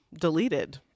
deleted